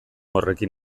horrekin